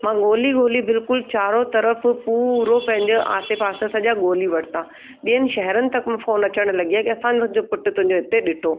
मां ॻोल्ही ॻोल्ही बिल्कुलु चारों तरफ पूरो पंहिंजे आसे पासे सॼा ॻोल्ही वरिता ॿियनि शहिरनि तक फोन अचणु लॻी विया की असां तुंहिंजो पुटु हिते ॾिठो